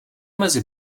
mezi